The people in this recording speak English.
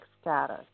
status